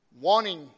wanting